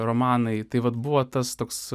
romanai tai vat buvo tas toks